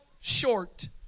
short